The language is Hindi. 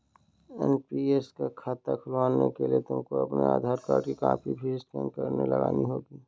एन.पी.एस का खाता खुलवाने के लिए तुमको अपने आधार कार्ड की कॉपी भी स्कैन करके लगानी होगी